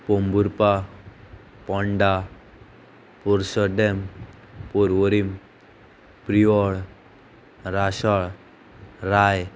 पोंबुपा पंडा पोर्शेम पौवरीम प्रियळ राशळ राय